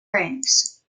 ranks